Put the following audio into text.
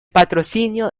patrocinio